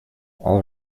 all